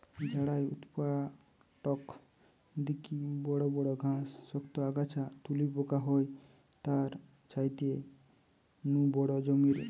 ঝাড়াই উৎপাটক দিকি বড় বড় ঘাস, শক্ত আগাছা তুলি পোকা হয় তার ছাইতে নু বড় জমিরে